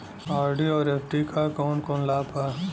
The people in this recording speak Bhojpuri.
आर.डी और एफ.डी क कौन कौन लाभ बा?